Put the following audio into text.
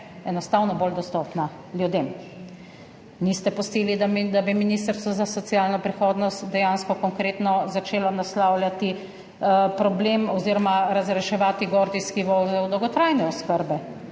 enostavno bolj dostopna ljudem. Niste pustili, da bi Ministrstvo za solidarno prihodnost dejansko konkretno začelo naslavljati problem oziroma razreševati gordijski vozel dolgotrajne oskrbe,